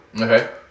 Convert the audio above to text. Okay